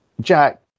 Jack